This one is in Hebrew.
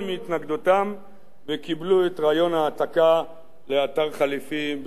וקיבלו את רעיון ההעתקה לאתר חלופי בהר-כביר.